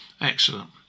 Excellent